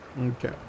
Okay